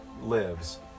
lives